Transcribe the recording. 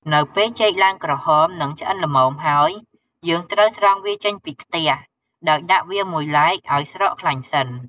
នៅពេលចេកឡើងក្រហម និងឆ្អិនល្មមហើយ យើងត្រូវស្រង់វាចេញពីខ្ទះ ដោយដាក់វាមួយឡែកឲ្យស្រក់ខ្លាញ់សិន។